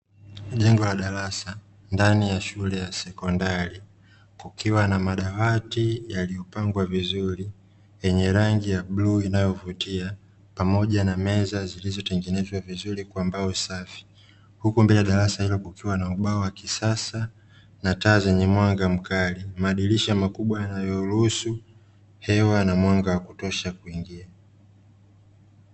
Majengo ya darasa ndani ya shule ya sekondari, kukiwa na madawati yaliyopangwa vizuri yenye rangi ya bluu inayovutia pamoja na meza zilizotengenezwa vizuri kwa mbao safi. Huku mbele ya darasa hilo kukiwa na ubao wa kisasa na taa zenye mwanga mkali madirisha makubwa yanayo ruhusu hewa na mwanga wa kutosha kuingia.